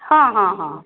हाँ हाँ हाँ